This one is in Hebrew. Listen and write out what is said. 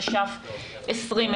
התש"ף-2020.